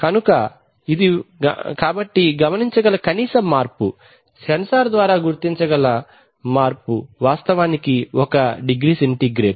కనుక ఇది కాబట్టి గమనించగల కనీస మార్పు సెన్సార్ ద్వారా గుర్తించగల మార్పు వాస్తవానికి ఒక డిగ్రీ సెంటీగ్రేడ్